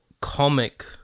comic